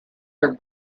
her